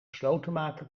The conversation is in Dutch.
slotenmaker